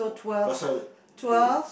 they